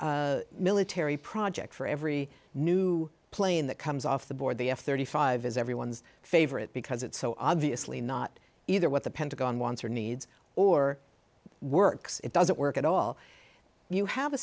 military project for every new plane that comes off the board the f thirty five is everyone's favorite because it's so obviously not either what the pentagon wants or needs or works it doesn't work at all you have a